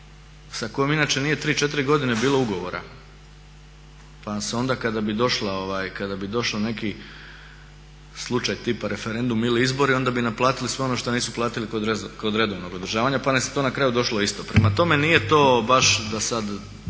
sa kojom inače nije 3, 4 godine bilo ugovora pa se onda kada bi došao neki slučaj tipa referendum ili izbori onda bi naplatili sve ono što nisu platili kod redovnog održavanja pa nas je to na kraju došlo isto. Prema tome nije to baš da sada